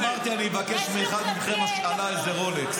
אמרתי, אני אבקש מאחד מכם בהשאלה איזה רולקס.